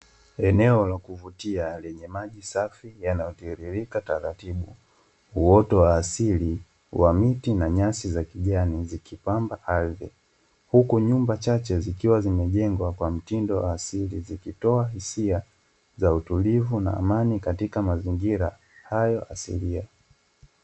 Eneo la kuvutia lenye maji safi yanayotiririka taratibu, uoto wa asili wa miti na nyasi za kijani zikipamba ardhi, huku nyumba chache zikiwa zimejengwa kwa mtindo wa asili zikitoa hisia za utulivu na amani katika mazingira hayo asilia.